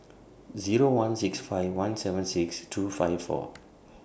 Zero one six five one seven six two five four